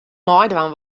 meidwaan